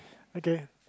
okay